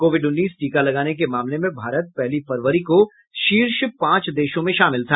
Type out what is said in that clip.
Covid उन्नीस टीका लगाने के मामले में भारत पहली फरवरी को शीर्ष पांच देशों में शामिल था